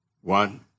one